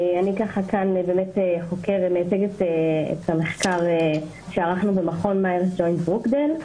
אני מייצגת כאן את המחקר שערכנו במכון מאיירס ג'וינט-ברוקדייל.